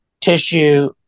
tissue